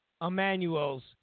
Emanuel's